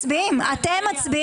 נצביע